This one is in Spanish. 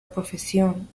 profesión